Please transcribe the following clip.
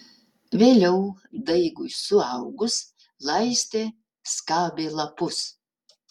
vėliau daigui suaugus laistė skabė lapus